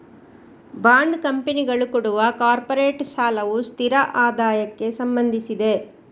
bond ಕಂಪನಿಗಳು ಕೊಡುವ corporate ಸಾಲವು ಸ್ಥಿರ ಆದಾಯಕ್ಕೆ ಸಂಬಂಧಿಸಿದೆ